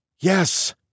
Yes